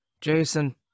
Jason